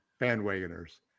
bandwagoners